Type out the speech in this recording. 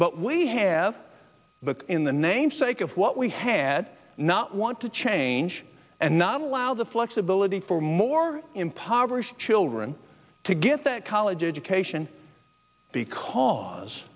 but we have in the name sake of what we had not want to change and not allow the flexibility for more impoverished children to get that college education because